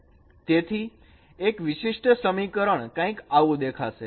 તેથી એક વિશિષ્ટ સમીકરણ કંઈક આવું દેખાશે